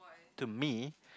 to me